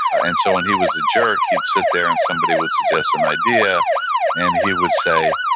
and so when he was a jerk, he'd sit there, and somebody would suggest an idea and he would say,